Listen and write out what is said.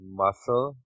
muscle